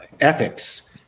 ethics